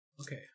Okay